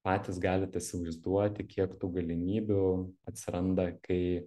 patys galit įsivaizduoti kiek tų galimybių atsiranda kai